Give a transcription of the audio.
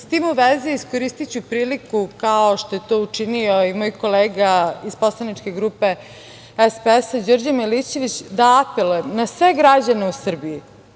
tim u vezi, iskoristiću priliku, kao što je to učinio i moj kolega iz poslaničke grupe SPS Đorđe Milićević, da apelujem na sve građane u Srbiji,